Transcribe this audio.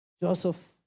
Joseph